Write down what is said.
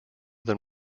than